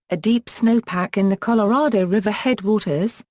a deep snowpack in the colorado river headwaters,